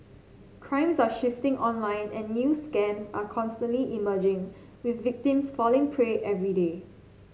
crimes are shifting online and new scams are constantly emerging with victims falling prey every day